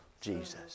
Jesus